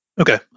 Okay